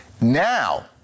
Now